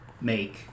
make